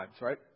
right